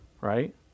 Right